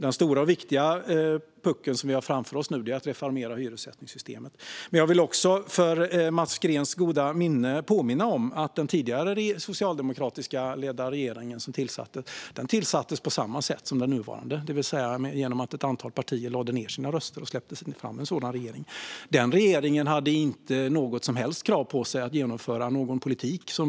Den stora och viktiga pucken vi har framför oss nu är att reformera hyressättningssystemet. Jag vill också påminna Mats Green om att den tidigare socialdemokratiskt ledda regeringen tillsattes på samma sätt som den nuvarande, det vill säga genom att ett antal partier lade ned sina röster och släppte fram en sådan regering. Den regeringen hade inget som helst krav på sig att genomföra någon politik.